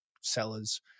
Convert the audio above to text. sellers